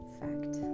fact